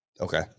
okay